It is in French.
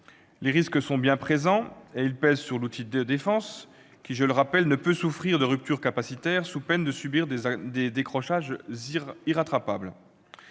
Les risques sont bien présents. Ils pèsent sur l'outil de défense, qui, je le rappelle, ne peut souffrir de ruptures capacitaires, sous peine de subir des décrochages irrattrapables.